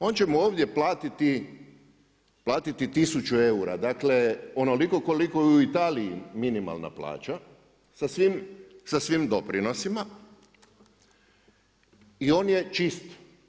On će mu ovdje platiti 1000 eura, dakle onoliko koliko je u Italiji minimalna plaća, sa svim doprinosima i on je čist.